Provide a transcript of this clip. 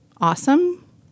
awesome